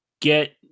get